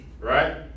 right